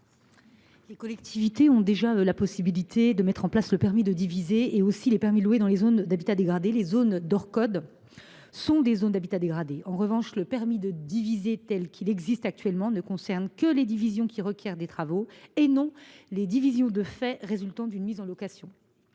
Les collectivités ont déjà la possibilité de mettre en place le permis de diviser, ainsi que des permis de louer, dans les zones d’habitat dégradé. Et les zones qui font l’objet d’une Orcod sont des zones d’habitat dégradé. En revanche, le permis de diviser, tel qu’il existe actuellement, ne concerne que les divisions qui requièrent des travaux, et non pas les divisions de fait résultant d’une mise en colocation.